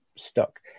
stuck